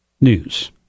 News